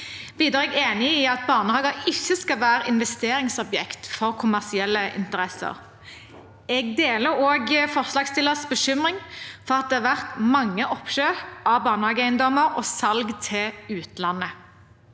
videre enig i at barnehager ikke skal være investeringsobjekt for kommersielle interesser. Jeg deler også forslagsstillernes bekymring for at det har vært mange oppkjøp av barnehageeiendommer og salg til utlandet.